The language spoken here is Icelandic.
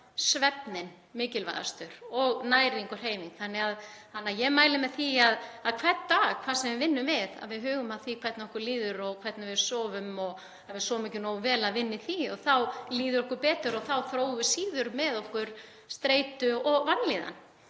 sem er mikilvægastur og næring og hreyfing. Ég mæli með því að hvern dag, hvað sem við vinnum við, þá hugum við að því hvernig okkur líður og hvernig við sofum og ef við sofum ekki nógu vel þá að vinna í því og þá líður okkur betur. Þá þróum við síður með okkur streitu og vanlíðan.